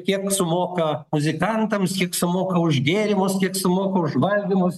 kiek sumoka muzikantams kiek sumoka už gėrimus kiek sumoka už valgymus